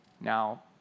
Now